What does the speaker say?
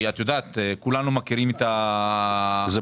אני